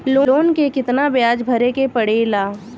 Loan के कितना ब्याज भरे के पड़े ला?